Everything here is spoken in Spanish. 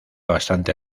bastante